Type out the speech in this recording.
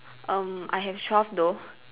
um I have twelve though